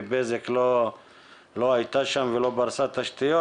שבזק לא הייתה שם ולא פרסה תשתיות,